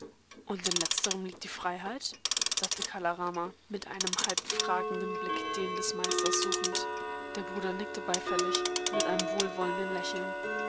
und in letzterem liegt die freiheit sagte kala rama mit einem halb fragenden blick den des meisters suchend der bruder nickte beifällig mit einem wohlwollenden lächeln